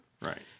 Right